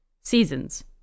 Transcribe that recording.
Seasons